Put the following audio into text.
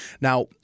Now